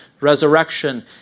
Resurrection